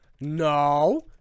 No